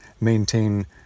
maintain